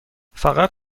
فقط